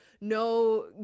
no